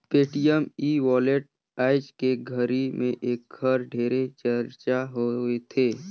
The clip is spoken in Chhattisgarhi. पेटीएम ई वॉलेट आयज के घरी मे ऐखर ढेरे चरचा होवथे